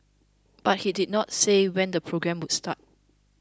but he did not say when the programme would start